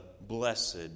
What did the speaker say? blessed